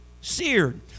seared